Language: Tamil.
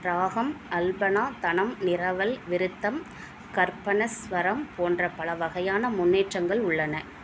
ராகம் அல்பனா தனம் நிரவல் விருத்தம் கற்பனஸ்வரம் போன்ற பல வகையான முன்னேற்றங்கள் உள்ளன